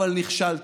אבל נכשלת.